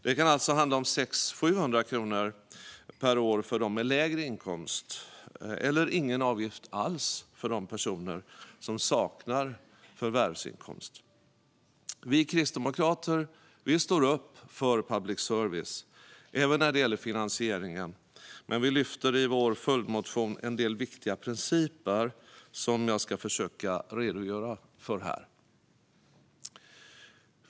Det kan alltså handla om 600-700 kronor per år för dem med lägre inkomst eller ingen avgift alls för personer som saknar förvärvsinkomst. Vi kristdemokrater står upp för public service, även när det gäller finansieringen, men vi lyfter i vår följdmotion en del viktiga principer som jag ska försöka redogöra för här.